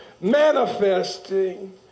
manifesting